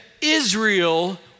Israel